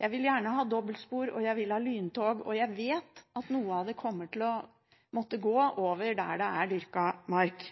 Jeg vil gjerne ha dobbeltspor, og jeg vil ha lyntog, og jeg vet at noe av det kommer til å måtte gå over der det er dyrket mark.